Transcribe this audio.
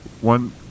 One